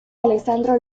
alessandro